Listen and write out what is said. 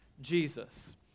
Jesus